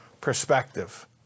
perspective